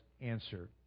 answer